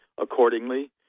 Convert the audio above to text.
Accordingly